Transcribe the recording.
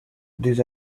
these